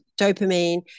dopamine